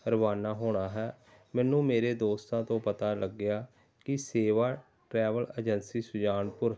ਰਵਾਨਾ ਹੋਣਾ ਹੈ ਮੈਨੂੰ ਮੇਰੇ ਦੋਸਤਾਂ ਤੋਂ ਪਤਾ ਲੱਗਿਆ ਕਿ ਸੇਵਾ ਟਰੈਵਲ ਏਜੰਸੀ ਸੁਜਾਨਪੁਰ